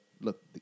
look